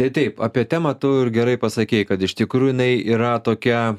tai taip apie temą tu ir gerai pasakei kad iš tikrųjų jinai yra tokia